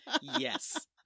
Yes